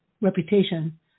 reputation